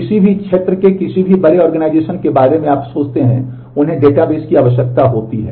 किसी भी क्षेत्र के किसी भी बड़े आर्गेनाइजेशन के बारे में आप सोचते हैं उन्हें डेटाबेस की आवश्यकता होती है